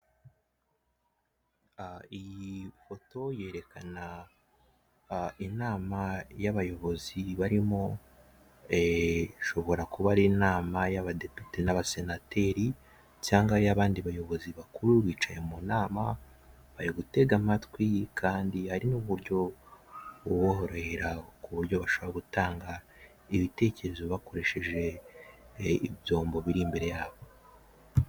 Iyi foto yerekana inama y'abayobozi barimo ishobora kuba ari inama y'abadepite n'abasenateri cyangwa ariyabandi bayobozi bakuru bicaye mu nama bari gutega amatwi kandi hari n'uburyo buborohera ku buryo bashobora gutanga ibitekerezo bakoresheje ibyombo biri imbere yabo.